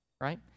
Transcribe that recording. right